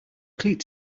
cleat